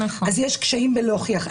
אז יש קשיים להוכיח.